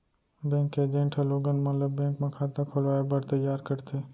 bank के agent ह लोगन मन ल बेंक म खाता खोलवाए बर तइयार करथे